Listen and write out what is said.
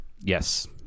yes